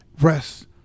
rest